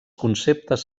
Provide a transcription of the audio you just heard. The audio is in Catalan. conceptes